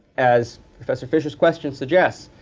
as professor fisher's question suggests,